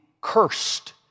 cursed